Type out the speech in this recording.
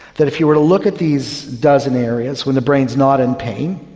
that if you were to look at these dozen areas when the brain is not in pain,